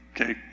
okay